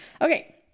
Okay